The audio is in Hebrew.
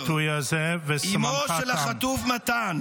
אימו של החטוף מתן.